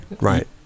right